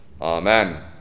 Amen